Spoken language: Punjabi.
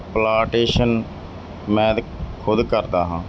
ਪਲਾਟੇਸ਼ਨ ਮੈਂ ਖੁਦ ਕਰਦਾ ਹਾਂ